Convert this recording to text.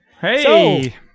Hey